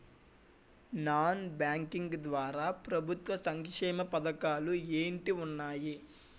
Non banking ద్వారా ప్రభుత్వ సంక్షేమ పథకాలు ఏంటి ఉన్నాయి?